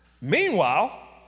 Meanwhile